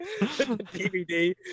DVD